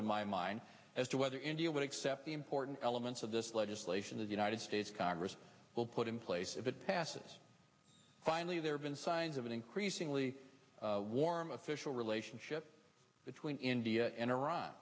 of my mind as to whether india would accept the important elements of this legislation the united states congress will put in place if it passes finally there have been signs of an increasingly warm official relationship between india